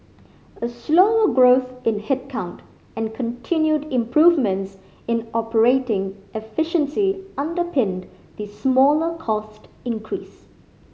a slower growth in headcount and continued improvements in operating efficiency underpinned the smaller cost increase